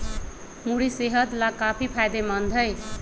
मूरी सेहत लाकाफी फायदेमंद हई